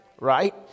Right